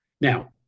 Now